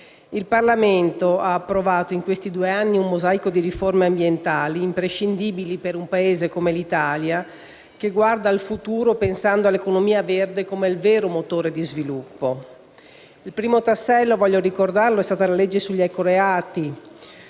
Il Parlamento ha approvato, in questi due anni, un mosaico di riforme ambientali imprescindibili per un Paese come l'Italia, che guarda al futuro pensando all'economia verde come vero motore dello sviluppo. Il primo tassello - voglio ricordarlo - è stata la legge sugli ecoreati,